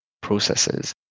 processes